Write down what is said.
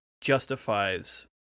justifies